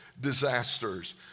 disasters